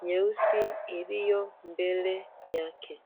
nyeusi iliyo mbele yake.